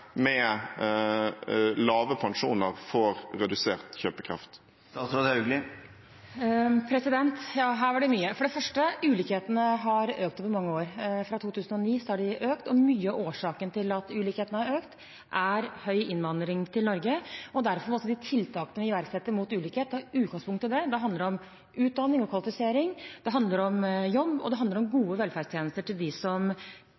med lave pensjoner får redusert kjøpekraft? Her var det mye. For det første: Ulikhetene har økt over mange år. De har økt siden 2009, og mye av årsaken til at ulikhetene har økt, er høy innvandring til Norge. Derfor må også tiltakene vi iverksetter mot ulikhet, ta utgangspunkt i det. Det handler om utdanning og kvalifisering, det handler om jobb, og det handler om gode velferdstjenester til dem som